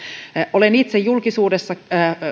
olen itse julkisuudessa